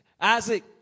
Isaac